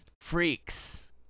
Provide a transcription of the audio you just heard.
Freaks